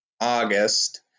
August